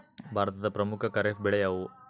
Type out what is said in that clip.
ಭಾರತದ ಪ್ರಮುಖ ಖಾರೇಫ್ ಬೆಳೆ ಯಾವುದು?